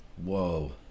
Whoa